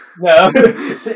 No